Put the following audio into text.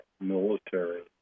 military